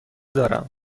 دارم